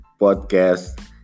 podcast